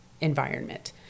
environment